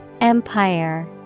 Empire